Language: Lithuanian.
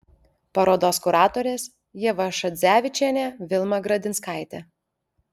parodos kuratorės ieva šadzevičienė vilma gradinskaitė